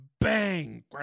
bang